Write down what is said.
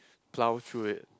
plough through it